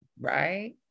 right